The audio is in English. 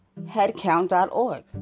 headcount.org